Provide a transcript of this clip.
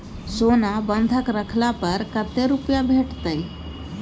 सोना बंधक रखला पर कत्ते रुपिया भेटतै?